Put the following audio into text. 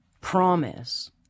promise